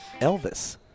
elvis